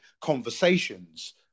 conversations